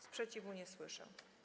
Sprzeciwu nie słyszę.